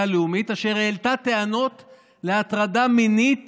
הלאומית אשר העלתה טענות להטרדה מינית